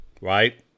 right